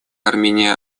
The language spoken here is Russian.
армения